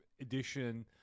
edition